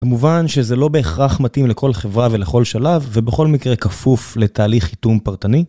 במובן שזה לא בהכרח מתאים לכל חברה ולכל שלב, ובכל מקרה כפוף לתהליך חיתום פרטני.